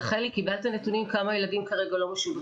רחלי קיבלת את הנתונים כמה ילדים כרגע לא משובצים?